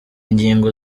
ngingo